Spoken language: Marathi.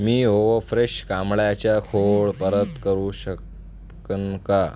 मी होओ फ्रेश कमळाच्या खोड परत करू शकेन का